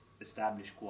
established